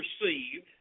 received